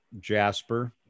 jasper